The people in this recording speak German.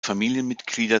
familienmitglieder